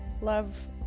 love